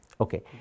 Okay